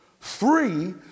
Three